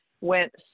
went